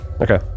okay